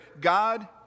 God